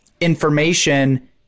information